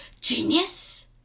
genius